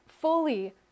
fully